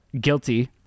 guilty